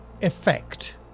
Effect